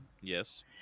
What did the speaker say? yes